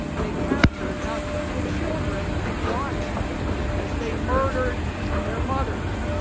they capturednow, the children watched as they murdered their mothers.